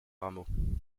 rameaux